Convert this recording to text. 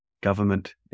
government